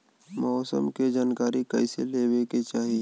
मौसम के जानकारी कईसे लेवे के चाही?